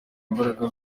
imbaraga